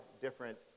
different